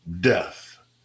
death